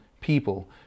people